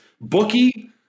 bookie